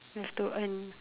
have to earn for